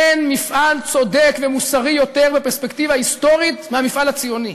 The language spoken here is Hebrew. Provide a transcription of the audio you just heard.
אין מפעל צודק ומוסרי יותר בפרספקטיבה היסטורית מהמפעל הציוני.